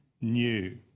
new